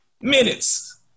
minutes